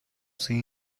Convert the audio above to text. see